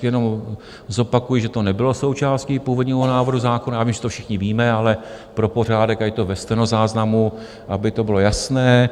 Jenom zopakuji, že to nebylo součástí původního návrhu zákona, já myslím, že to všichni víme, ale pro pořádek, ať to je ve stenozáznamu, aby to bylo jasné.